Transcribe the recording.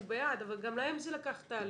אנחנו בעד, אבל גם להם זה לקח תהליך,